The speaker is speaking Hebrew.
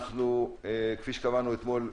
כפי שקבענו אתמול,